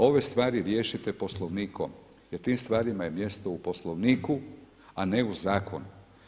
Ove stvari riješite Poslovnikom jer tim stvarima je mjesto u Poslovniku, a ne u zakonu.